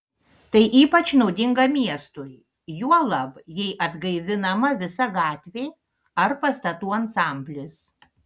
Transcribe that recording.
tai ypač naudinga miestui juolab jei atgaivinama visa gatvė ar pastatų ansamblis